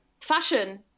fashion